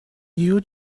you